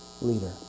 leader